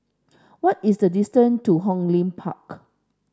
what is the distance to Hong Lim Park